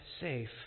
safe